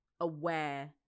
aware